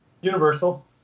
Universal